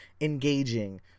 engaging